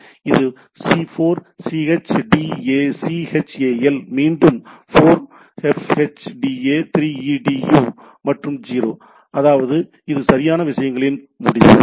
இது c 4 c h d a c h a l பின்னர் மீண்டும் 4 f h d a 3 e d u மற்றும் 0 அதாவது இது சரியான விஷயங்களின் முடிவு